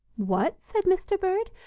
what! said mr. bird,